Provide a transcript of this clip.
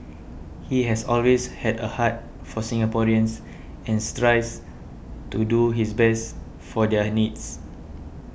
he has always had a heart for Singaporeans and strives to do his best for their needs